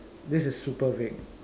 this is super vague